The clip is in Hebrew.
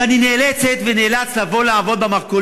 אבל אני נאלצת, אני נאלץ, לבוא לעבוד במרכולים,